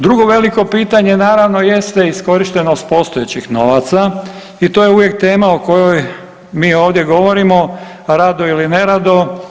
Drugo veliko pitanje naravno jeste iskorištenost postojećih novaca i to je uvijek tema o kojoj mi ovdje govorimo, rado ili ne rado.